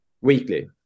weekly